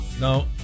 no